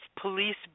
police